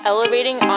Elevating